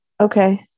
Okay